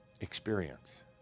experience